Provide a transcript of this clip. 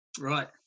Right